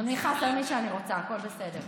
היא בצד שלך.